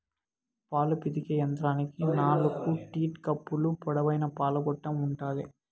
పాలు పితికే యంత్రానికి నాలుకు టీట్ కప్పులు, పొడవైన పాల గొట్టం ఉంటాది